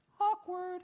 Awkward